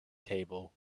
table